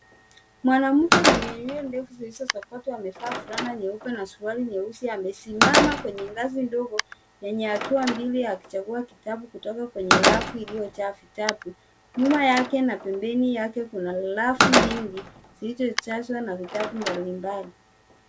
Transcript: Mwanamke mwenye nywele ndefu zilizosokotwa amevaa fulana nyeupe na suruali nyeusi. Amesimama kwenye ngazi ndogo yenye hatua mbili akichagua kitabu kutoka kwenye rafu iliyojaa vitabu. Nyuma yake na pembeni yake, kuna rafu nyingi zilizojazwa na vitabu mbalimbali.